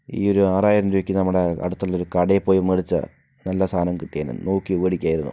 ഈ ഒരു ആറായിരം രൂപക്ക് നമ്മുടെ അടുത്തുള്ളൊരു കടയിൽ പോയി മേടിച്ചാൽ നല്ല സാധനം കിട്ടിയേനെ നോക്കി മേടിക്കാമായിരുന്നു